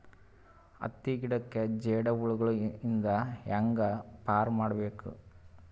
ಹತ್ತಿ ಗಿಡಕ್ಕೆ ಜೇಡ ಹುಳಗಳು ಇಂದ ಹ್ಯಾಂಗ್ ಪಾರ್ ಮಾಡಬೇಕು?